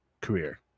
career